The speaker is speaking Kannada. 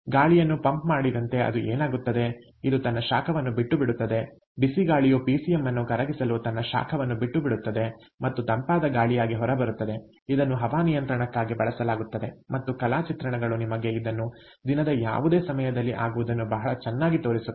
ಆದ್ದರಿಂದ ಗಾಳಿಯನ್ನು ಪಂಪ್ ಮಾಡಿದಂತೆ ಅದು ಏನಾಗುತ್ತದೆ ಇದು ತನ್ನ ಶಾಖವನ್ನು ಬಿಟ್ಟುಬಿಡುತ್ತದೆ ಬಿಸಿ ಗಾಳಿಯು ಪಿಸಿಎಂ ಅನ್ನು ಕರಗಿಸಲು ತನ್ನ ಶಾಖವನ್ನು ಬಿಟ್ಟುಬಿಡುತ್ತದೆ ಮತ್ತು ತಂಪಾದ ಗಾಳಿಯಾಗಿ ಹೊರಬರುತ್ತದೆ ಇದನ್ನು ಹವಾನಿಯಂತ್ರಣಕ್ಕಾಗಿ ಬಳಸಲಾಗುತ್ತದೆ ಮತ್ತು ಕಲಾ ಚಿತ್ರಣಗಳು ನಿಮಗೆ ಇದನ್ನು ದಿನದ ಯಾವುದೇ ಸಮಯದಲ್ಲಿ ಆಗುವುದನ್ನು ಬಹಳ ಚೆನ್ನಾಗಿ ತೋರಿಸುತ್ತದೆ